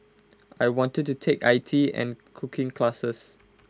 I want to take I T and cooking classes